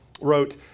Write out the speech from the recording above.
wrote